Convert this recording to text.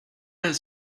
has